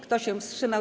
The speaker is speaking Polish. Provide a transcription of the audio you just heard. Kto się wstrzymał?